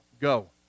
go